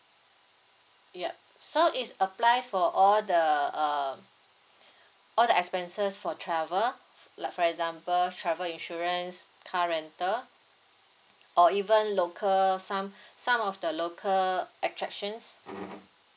yup so is apply for all the uh all the expenses for travel like for example travel insurance car rental or even local some some of the local attractions